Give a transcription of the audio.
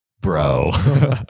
bro